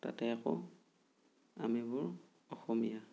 তাতে আকৌ আমিবোৰ অসমীয়া